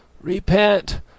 repent